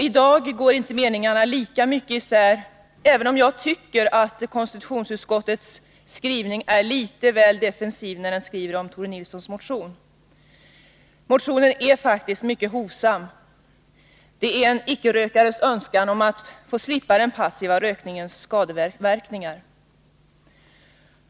I dag går inte meningarna lika mycket isär, även om jag tycker att konstitutionsutskottets skrivning är litet väl defensiv när det gäller Tore Nilssons motion. Motionen är faktiskt mycket hovsam. Det är en icke-rökares önskan om att få slippa den passiva rökningens skadeverkningar.